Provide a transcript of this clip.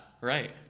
Right